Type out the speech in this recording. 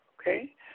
Okay